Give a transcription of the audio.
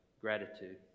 gratitude